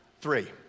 Three